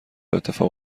اتفاق